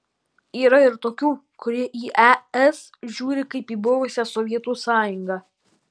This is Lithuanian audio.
yra ir tokių kurie į es žiūri kaip į buvusią sovietų sąjungą